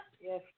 Yes